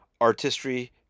artistry